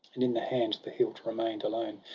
and in the hand the hilt remain'd alone.